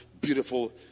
beautiful